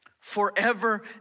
Forever